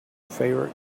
favorite